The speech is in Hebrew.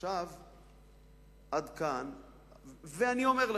ואני אומר לך,